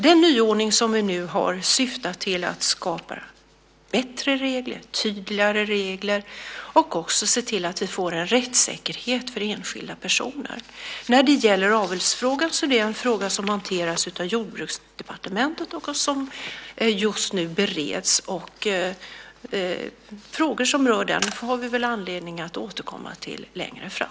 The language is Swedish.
Den nyordning som vi nu har syftar till att skapa bättre och tydligare regler och också till att se till att vi får en rättssäkerhet för enskilda personer. Avelsfrågan hanteras av Jordbruksdepartementet och bereds just nu. Frågor som rör aveln har vi väl anledning att återkomma till längre fram.